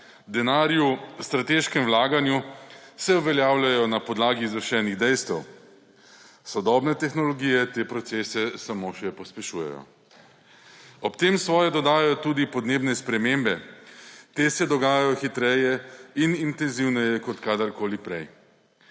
denarju, strateškem vlaganju se uveljavljajo na podlagi izvršenih dejstev, sodobne tehnologije te procese samo še pospešujejo. Ob tem svoje dodajo tudi podnebne spremembe. Te se dogajajo hitreje in intenzivneje kot kadarkoli prej.